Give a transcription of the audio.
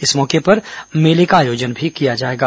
इस मौके पर मेला का भी आयोजन किया जाएगा